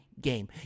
game